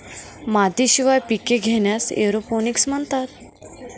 मातीशिवाय पिके घेण्यास एरोपोनिक्स म्हणतात